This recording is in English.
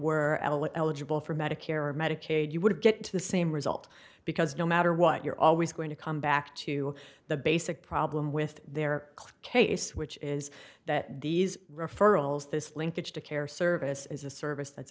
one eligible for medicare or medicaid you would get the same result because no matter what you're always going to come back to the basic problem with their case which is that these referrals this linkage to care service is a service that's